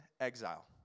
exile